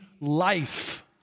life